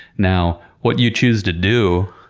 now, what you choose to do